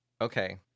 Okay